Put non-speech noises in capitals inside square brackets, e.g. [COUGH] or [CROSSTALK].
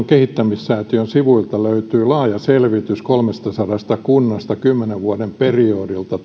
[UNINTELLIGIBLE] kehittämissäätiön sivuilta löytyy laaja selvitys tuottavuusluvuista kolmestasadasta kunnasta kymmenen vuoden periodilta [UNINTELLIGIBLE]